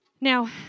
Now